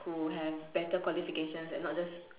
who have better qualifications and not just